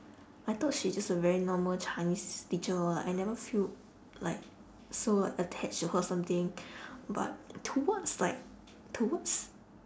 I thought she's just a very normal chinese teacher like I never feel like so like attached to her something but towards like towards